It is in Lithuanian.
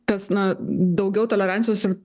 tas na daugiau tolerancijos ir